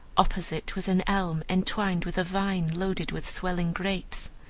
opposite was an elm entwined with a vine loaded with swelling grapes.